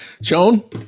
Joan